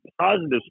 positive